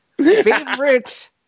Favorite